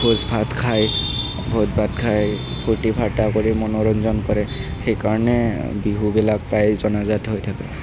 ভোজ ভাত খায় ভোজ ভাত খাই ফূৰ্তি ফাৰ্তা কৰি মনোৰঞ্জন কৰে সেইকাৰণে বিহুবিলাক প্ৰায় জনাজাত হৈ থাকে